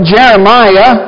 Jeremiah